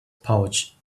pouch